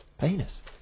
Penis